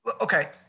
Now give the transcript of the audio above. okay